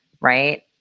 Right